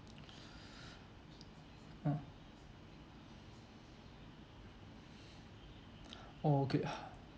oh okay uh